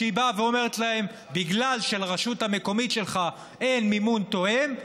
כשהיא באה ואומרת להם: בגלל שלרשות המקומית שלך אין מימון תואם,